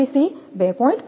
21 થી 2